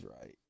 right